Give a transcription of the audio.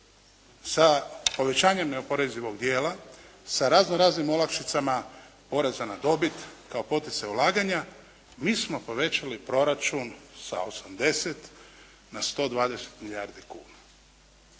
sa povećanjem neoporezivog dijela, sa razno raznim olakšicama poreza na dobit kao poticaj ulaganja mi smo povećali proračun sa 80 na 120 milijardi kuna.